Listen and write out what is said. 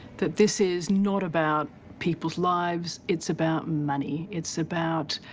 that this is not about people's lives, it's about money. it's about